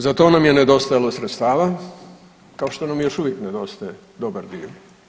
Za to nam je nedostajalo sredstava kao što nam i još uvijek nedostaje dobar dio.